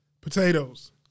Potatoes